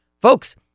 Folks